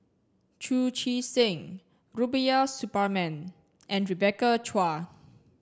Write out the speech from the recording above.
Chu Chee Seng Rubiah Suparman and Rebecca Chua